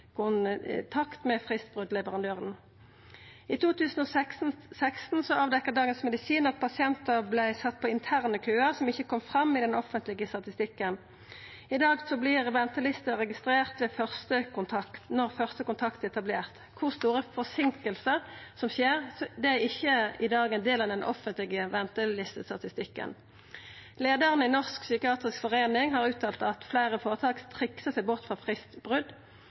kontakt med fristbrotleverandørane. I 2016 avdekte Dagens Medisin at pasientar vart sette på interne køar som ikkje kom fram i den offentlege statistikken. I dag vert ventelista registrert når første kontakt er etablert. Kor store forseinkingar som oppstår, er i dag ikkje ein del av den offentlege ventelistestatistikken. Leiaren i Norsk psykiatrisk forening har uttalt at fleire føretak triksar seg bort